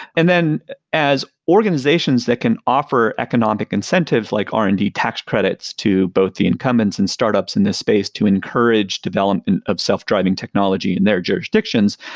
and then as organizations that can offer economic incentives like r and d tax credits to both the incumbents and startups in this space to encourage development of self-driving technology in their jurisdictions,